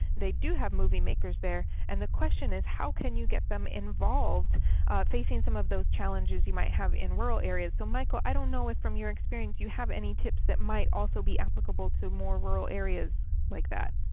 they do have movie makers there. and the question is, how can you get them involved facing some of those challenges you might have in rural areas? so michael, i don't know if from your experience you have any tips that might also be applicable to more rural areas like that.